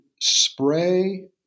spray